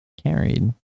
Carried